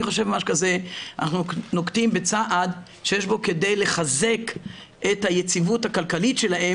אנחנו נוקטים בצעד שיש בו כדי לחזק את היציבות הכלכלית שלהם